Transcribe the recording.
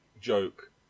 joke